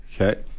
Okay